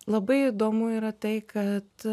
labai įdomu yra tai kad